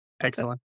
Excellent